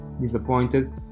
disappointed